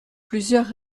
plusieurs